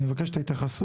אני אבקש את ההתייחסות.